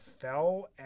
fell